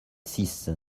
six